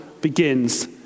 begins